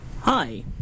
Hi